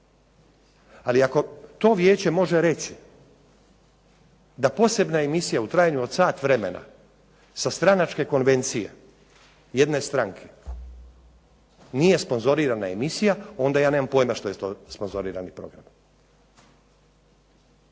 Ali ako to Vijeće može reći da posebna emisija od sat vremena sa stranačke konvencije jedne stranke, nije sponzorirana emisija onda ja nemam pojma što je to sponzorirani program.